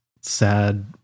sad